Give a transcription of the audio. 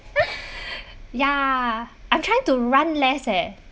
ya I'm trying to run less eh